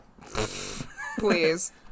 Please